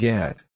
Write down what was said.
Get